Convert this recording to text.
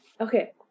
Okay